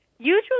Usually